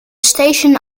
station